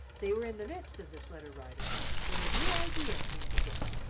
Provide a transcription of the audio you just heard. they were in the midst of this letter-writing when a new idea came to dick.